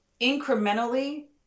incrementally